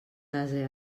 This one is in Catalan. ase